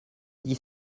dix